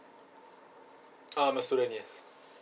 uh I'm a student yes